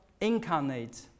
incarnate